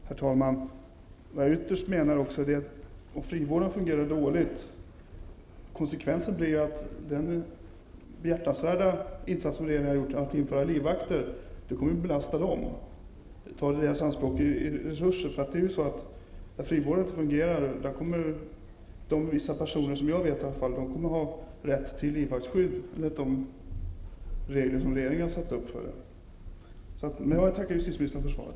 Herr talman! Vad jag ytterst menar är att den behjärtansvärda insats som regeringen har gjort genom att införa livvakter kommer att kräva större resurser om frivården fungerar dåligt. Vissa personer som jag känner till kommer då att ha rätt till livvaktsskydd enligt de regler som regeringen har fastställt.